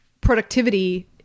productivity